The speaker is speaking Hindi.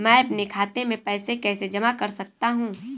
मैं अपने खाते में पैसे कैसे जमा कर सकता हूँ?